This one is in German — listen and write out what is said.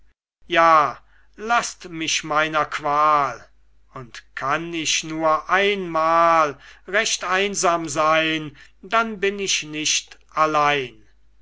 ja laßt mich meiner qual und kann ich nur einmal recht einsam sein dann bin ich nicht allein